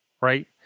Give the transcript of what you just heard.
right